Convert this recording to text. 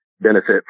benefit